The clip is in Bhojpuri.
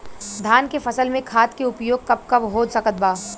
धान के फसल में खाद के उपयोग कब कब हो सकत बा?